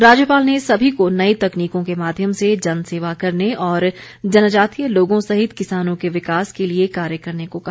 राज्यपाल ने सभी को नई तकनीकों के माध्यम से जनसेवा करने और जनजातीय लोगों सहित किसानों के विकास के लिए कार्य करने को कहा